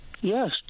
Yes